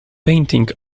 painting